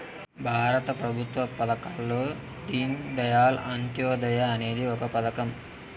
భారత ప్రభుత్వ పథకాల్లో దీన్ దయాళ్ అంత్యోదయ అనేది ఒక పథకం